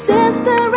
Sister